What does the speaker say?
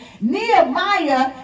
Nehemiah